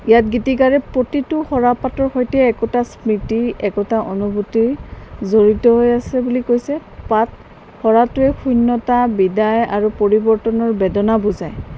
ইয়াত গীতিকাৰে প্ৰতিটো সৰাপাতৰ সৈতে একোটা স্মৃতি একোটা অনুভূতি জড়িত হৈ আছে বুলি কৈছে পাত সৰাটোৱে শূন্যতা বিদায় আৰু পৰিৱৰ্তনৰ বেদনা বুজায়